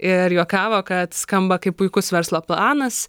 ir juokavo kad skamba kaip puikus verslo planas